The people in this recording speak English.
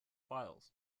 files